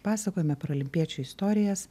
pasakojame paralimpiečių istorijas